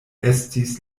estis